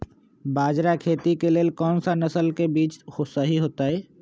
बाजरा खेती के लेल कोन सा नसल के बीज सही होतइ?